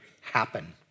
happen